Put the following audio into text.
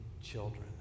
children